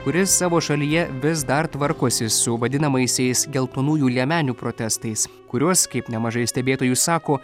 kuris savo šalyje vis dar tvarkosi su vadinamaisiais geltonųjų liemenių protestais kuriuos kaip nemažai stebėtojų sako